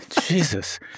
Jesus